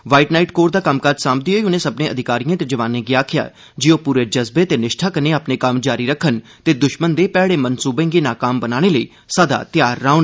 white Knight Corps दा कम्मकाज सांमदे होई उनें सब्मनें अधिकारिएं ते जवानें गी आखेआ जे ओह् पूरे जज़बे ते निष्ठा कन्नै अपने कम्म जारी रक्खन ते दुश्मन दे मैड़े मंसूबें गी नाकाम बनाने लेई सदा तैयार रौह्न